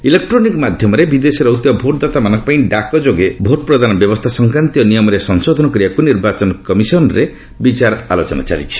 electronic ମାଧ୍ୟମରେ ବିଦେଶରେ ରହୁଥିବା ଭୋଟଦାତାମାନଙ୍କ ପାଇଁ ଡାକ ଯୋଗେ ଭୋଟ ପ୍ରଦାନ ବ୍ୟବସ୍ଥା ସଂକ୍ରାନ୍ତୀୟ ନିୟମରେ ସଂଶୋଧନ କରିବାକୁ ନିର୍ବାଚନ କମିଶନ୍ରେ ବିଚାର ଆଲୋଚନା ଚାଲିଛି